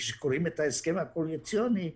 כשקוראים את ההסכם הקואליציוני,